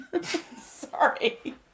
Sorry